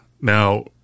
now